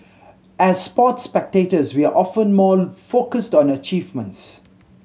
as sports spectators we are often more focused on achievements